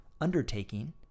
undertaking